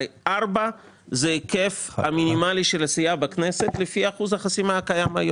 הרי ארבע זה היקף המינימלי של הסיעה בכנסת לפי אחוז החסימה הקיים היום.